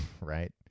Right